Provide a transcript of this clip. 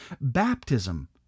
Baptism